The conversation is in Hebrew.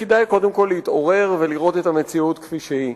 כדאי קודם כול להתעורר ולראות את המציאות כפי שהיא.